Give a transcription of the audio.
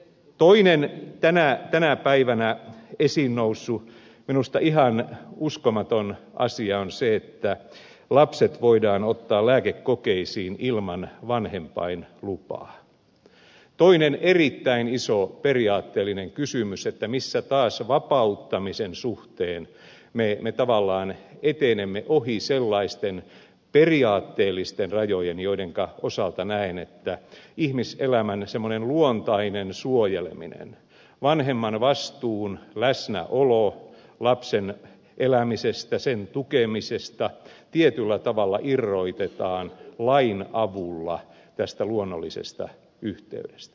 toinen tänä päivänä esiin noussut minusta ihan uskomaton asia on se että lapset voidaan ottaa lääkekokeisiin ilman vanhempain lupaa toinen erittäin iso periaatteellinen kysymys missä taas vapauttamisen suhteen me tavallaan etenemme ohi sellaisten periaatteellisten rajojen joidenka osalta näen että semmoinen luontainen ihmiselämän suojeleminen vanhemman vastuu lapsen elämisestä sen tukemisesta vastuun läsnäolo tietyllä tavalla irrotetaan lain avulla tästä luonnollisesta yhteydestä